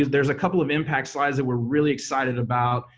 there's a couple of impact slides that we're really excited about,